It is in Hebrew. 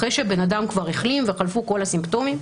אחרי שבן אדם כבר החלים וחלפו כל הסימפטומים,